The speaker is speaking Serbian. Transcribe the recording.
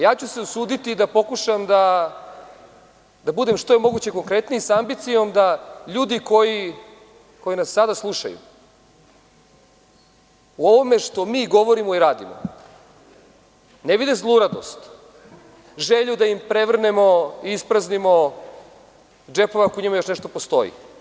Ja ću se usuditi da pokušam da budem što je moguće konkretniji, sa ambicijom da ljudi koji nas sada slušaju, u ovom što mi govorimo i radimo, ne vide zluradost, želju da im prevrnemo, ispraznimo džepove ako u njima još nešto postoji.